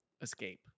escape